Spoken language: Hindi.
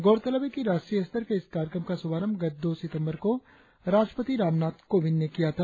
गौरतलब है कि राष्ट्रीय स्तर के इस कार्यक्रम का शुभारंभ गत दो सितंबर को राष्ट्रपति रामनाथ कोविंद ने किया था